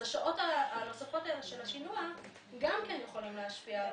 אז השעות הנוספות האלה של השינוע גם יכולות להשפיע על